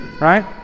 right